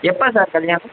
எப்போ சார் கல்யாணம்